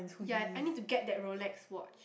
ya I need to get that Rolex watch